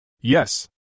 Yes